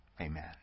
Amen